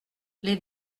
les